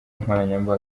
nkoranyambaga